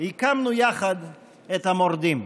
הקמנו יחד את המורדים.